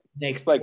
next